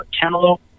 cantaloupe